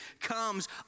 comes